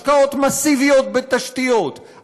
השקעות מסיביות בתשתיות,